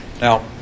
Now